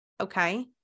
Okay